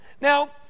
Now